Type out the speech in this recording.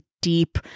deep